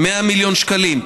100 מיליון שקלים.